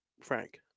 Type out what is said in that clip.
Frank